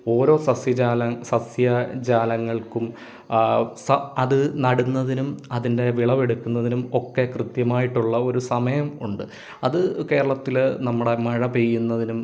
ഓരോ സസ്യജാല സസ്യ ജാലങ്ങൾക്കും സ അത് നടുന്നതിനും അതിൻ്റെ വിളവെടുക്കുന്നതിനും ഒക്കെ കൃത്യമായിട്ടുള്ള ഒരു സമയം ഉണ്ട് അത് കേരളത്തിൽ നമ്മുടെ മഴ പെയ്യുന്നതിനും